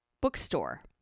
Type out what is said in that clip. bookstore